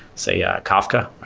say yeah kafka,